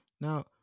Now